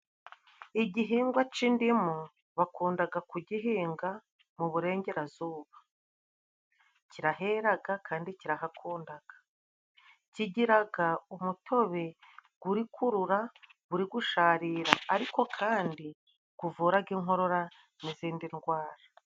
Igihingwa c'indimu bakundaga kugihinga mu burengerazuba. kiraheraga kandi kirahakundaga. Kigiraga umutobe uri kurura uri gusharira ariko kandi civuraraga inkorora n'izindi ndwara.